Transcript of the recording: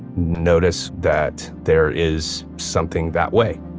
notice, that there is something that way.